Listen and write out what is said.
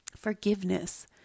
forgiveness